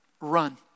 Run